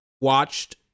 watched